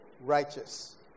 righteous